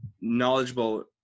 knowledgeable –